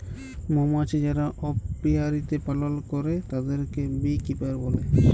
মমাছি যারা অপিয়ারীতে পালল করে তাদেরকে বী কিপার বলে